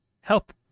help